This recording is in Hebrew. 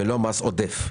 ולא מס עודף.